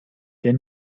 der